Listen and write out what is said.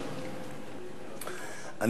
אה, בין היתר.